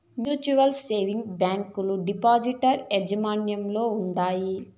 mutual savings బ్యాంకీలు depositor యాజమాన్యంల ఉండాయి